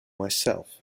myself